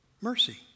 mercy